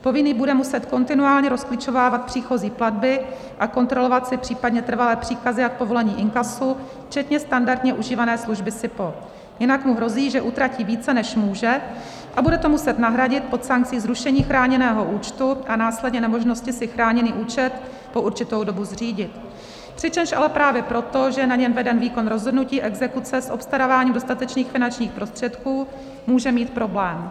Povinný bude muset kontinuálně rozklíčovávat příchozí platby a kontrolovat si případně trvalé příkazy a povolení k inkasu včetně standardně užívané služby SIPO, jinak mu hrozí, že utratí více, než může, a bude to muset nahradit pod sankcí zrušení chráněného účtu a následně nemožnosti si chráněný účet po určitou dobu zřídit, přičemž ale právě proto, že je na něm veden výkon rozhodnutí exekuce s obstaráváním dostatečných finančních prostředků, může mít problém.